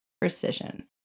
precision